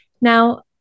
now